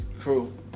true